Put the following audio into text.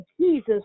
Jesus